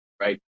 right